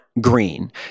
green